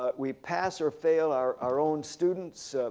ah we pass or fail our our own students.